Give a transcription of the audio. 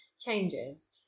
changes